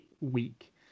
week